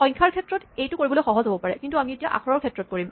সংখ্যাৰ ক্ষেত্ৰত এইটো কৰিবলৈ সহজ হ'ব পাৰে কিন্তু আমি এতিয়া আখৰৰ ক্ষেত্ৰত কৰিম